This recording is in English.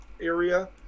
area